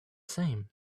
same